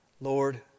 Lord